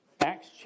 Acts